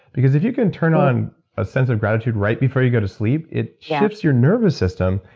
because if you can turn on a sense of gratitude right before you go to sleep, it shifts your nervous system.